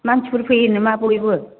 मानसिफोर फैयो नामा बयबो